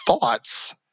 thoughts